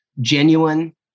genuine